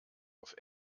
auf